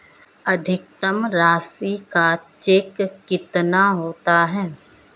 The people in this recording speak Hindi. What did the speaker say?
अधिकतम राशि का चेक कितना होता है?